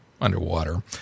underwater